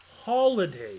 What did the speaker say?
Holidays